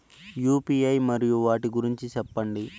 UPI మరియు వాటి గురించి సెప్పండి?